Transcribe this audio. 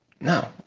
No